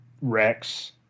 Rex